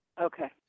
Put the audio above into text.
Okay